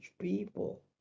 people